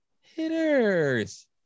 hitters